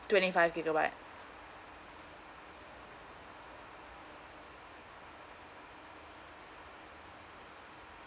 twenty five gigabyte